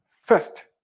First